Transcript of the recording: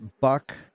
Buck